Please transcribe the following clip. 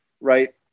right